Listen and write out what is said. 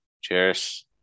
Cheers